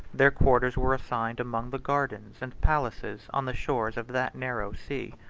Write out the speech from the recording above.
their quarters were assigned among the gardens and palaces on the shores of that narrow sea.